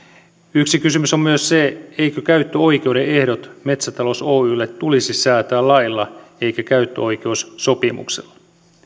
yksi kysymys on myös eivätkö käyttöoikeuden ehdot metsätalous oylle tulisi säätää lailla eikä käyttöoikeussopimuksella